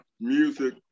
music